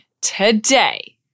today